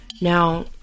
Now